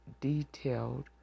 detailed